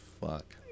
fuck